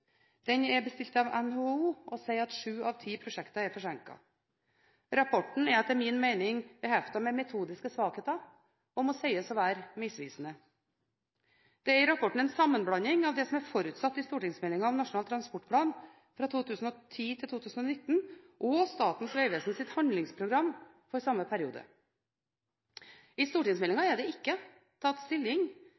Den er bestilt av NHO, og sier at sju av ti prosjekter er forsinket. Rapporten er etter min mening beheftet med metodiske svakheter, og må sies å være misvisende. Det er i rapporten en sammenblanding av det som er forutsatt i stortingsmeldingen om Nasjonal transportplan 2010–2019 og Statens vegvesens handlingsprogram for samme periode. I